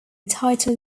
title